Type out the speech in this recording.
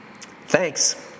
Thanks